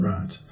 Right